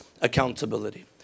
accountability